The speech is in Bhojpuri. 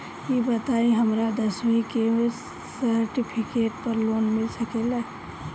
ई बताई हमरा दसवीं के सेर्टफिकेट पर लोन मिल सकेला?